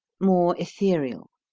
more ethereal.